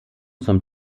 zum